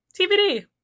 TBD